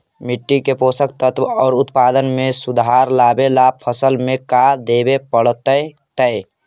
मिट्टी के पोषक तत्त्व और उत्पादन में सुधार लावे ला फसल में का देबे पड़तै तै?